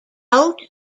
out